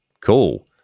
Cool